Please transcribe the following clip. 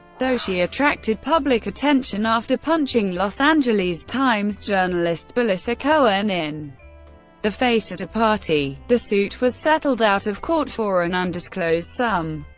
though she attracted public attention after punching los angeles times journalist belissa cohen in the face at a party the suit was settled out of court for an undisclosed sum.